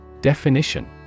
Definition